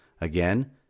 Again